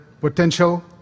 potential